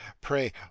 Pray